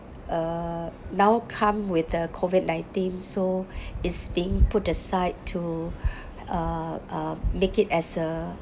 uh now come with uh COVID nineteen so it's being put aside to uh uh make it as a